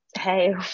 hey